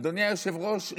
אדוני היושב-ראש,